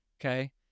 okay